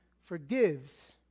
forgives